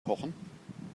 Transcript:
kochen